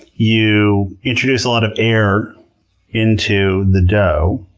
you introduce a lot of air into the dough.